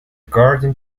garden